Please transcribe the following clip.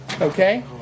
Okay